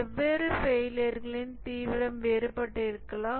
வெவ்வேறு ஃபெயிலியர்களின் தீவிரம் வேறுபட்டிருக்கலாம்